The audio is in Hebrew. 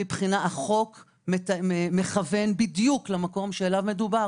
החוק מכוון בדיוק למקום שאליו מדובר.